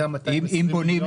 זה הסכום של 220 מיליון?